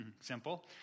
Simple